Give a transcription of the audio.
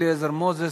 אליעזר מוזס.